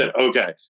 okay